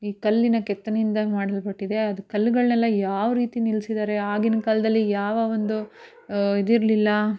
ಈ ಕಲ್ಲಿನ ಕೆತ್ತನೆಯಿಂದ ಮಾಡಲ್ಪಟ್ಟಿದೆ ಅದು ಕಲ್ಲುಗಳ್ನೆಲ್ಲ ಯಾವ ರೀತಿ ನಿಲ್ಲಿಸಿದ್ದಾರೆ ಆಗಿನ ಕಾಲದಲ್ಲಿ ಯಾವ ಒಂದು ಇದು ಇರಲಿಲ್ಲ